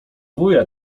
wuja